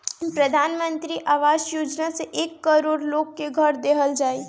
प्रधान मंत्री आवास योजना से एक करोड़ लोग के घर देहल जाई